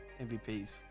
MVPs